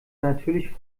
natürlich